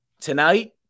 tonight